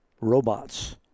robots